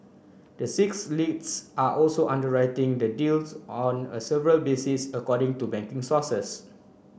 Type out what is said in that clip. the six leads are also underwriting the deals on a several basis according to banking sources